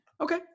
Okay